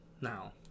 now